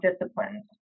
disciplines